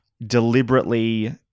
deliberately